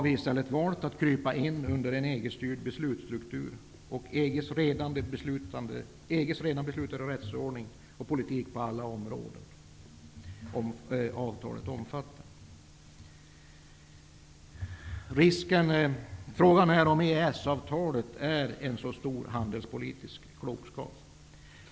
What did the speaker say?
I stället har vi valt att krypa in under en EG-styrd beslutsstruktur och EG:s redan beslutade rättsordning och politik på alla de områden som avtalet omfattar. Frågan är om EES-avtalet är någon särskilt stor handelspolitisk klokskap.